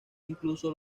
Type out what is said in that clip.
incluso